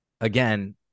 again